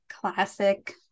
classic